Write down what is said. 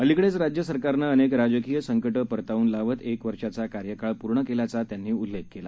अलिकडेचराज्यसरकारनंअनेकराजकीयसंकटंपरतावूनलावतएकवर्षाचाकार्यकाळपूर्णकेल्याचात्यांनीउल्लेखकेला